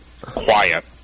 quiet